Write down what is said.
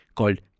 Called